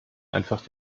einfach